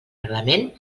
reglament